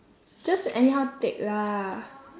just anyhow take lah